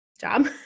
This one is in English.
job